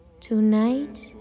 Tonight